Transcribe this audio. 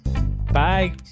Bye